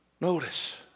Notice